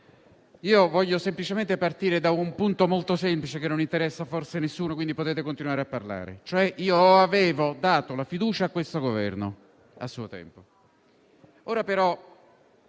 voglio partire da un punto molto semplice, che non interessa forse nessuno, quindi potete continuare a parlare, cioè che avevo dato la fiducia a questo Governo a suo tempo.